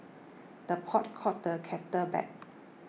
the pot calls the kettle black